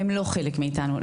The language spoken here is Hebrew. והם לא חלק מאיתנו.